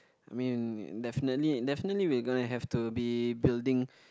I mean definitely definitely we'll gonna have to be building